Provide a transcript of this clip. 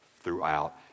throughout